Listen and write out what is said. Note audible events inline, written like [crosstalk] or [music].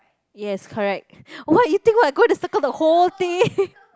yes correct what you think what going to circle the whole thing [laughs]